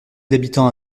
d’habitants